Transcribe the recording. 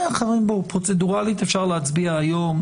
פרוצדורלית אפשר להצביע היום.